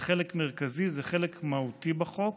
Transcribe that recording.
זה חלק מרכזי, זה חלק מהותי בחוק,